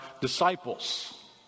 disciples